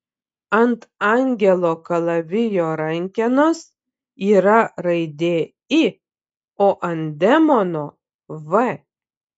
ant angelo kalavijo rankenos yra raidė i o ant demono v